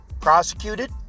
prosecuted